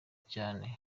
cyane